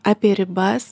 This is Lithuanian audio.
apie ribas